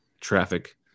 traffic